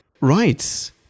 Right